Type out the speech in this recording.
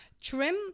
trim